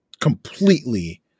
completely